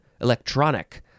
electronic